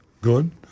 good